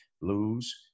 lose